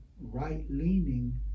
right-leaning